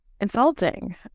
insulting